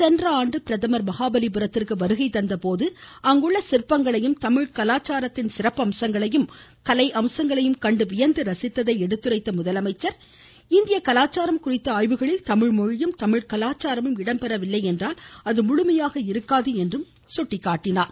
சென்றஆண்டு பிரதமர் மகாபலிபுரத்திற்கு வருகை தந்தபோது அங்குள்ள சிற்பங்களையும் தமிழ் கலாச்சாரத்தின் சிறப்பம்சங்களையும் கலை அம்சங்களையும் கண்டு வியந்து ரசித்ததை எடுத்துரைத்த முதலமைச்சர் இந்திய கலாச்சாரம் குறித்த ஆய்வுகளில் தமிழ்மொழியும் தமிழ் கலாச்சாரமும் இடம்பெறவில்லை என்றால் அது முழுமையாக இருக்காது என்றும் குறிப்பிட்டார்